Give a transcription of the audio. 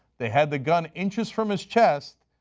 they had the gun inches from his chest,